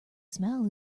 smell